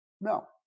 No